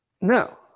No